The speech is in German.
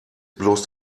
bloß